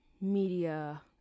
media